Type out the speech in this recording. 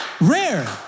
rare